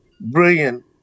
brilliant